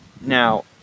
Now